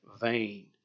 vain